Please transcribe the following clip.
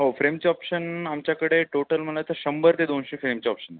हो फ्रेमचे ऑप्शन आमच्याकडे टोटल मला तर शंभर ते दोनशे फ्रेमचे ऑप्शन